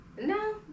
No